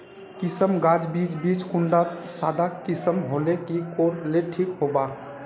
किसम गाज बीज बीज कुंडा त सादा किसम होले की कोर ले ठीक होबा?